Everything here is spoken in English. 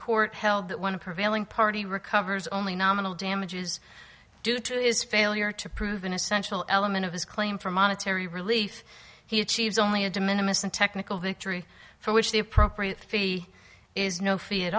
court held that one prevailing party recovers only nominal damages due to its failure to prove an essential element of his claim for monetary relief he achieves only a de minimus and technical victory for which the appropriate fee is no fee